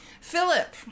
Philip